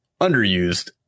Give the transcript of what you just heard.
underused